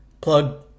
Plug